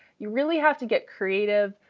you really have to get creative.